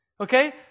okay